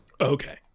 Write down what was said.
Okay